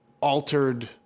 altered